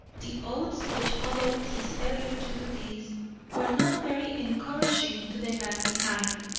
the oaths which followed his failure to do this were not very encouraging to the man behind,